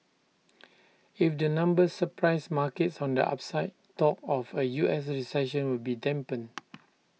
if the numbers surprise markets on the upside talk of A U S recession will be dampened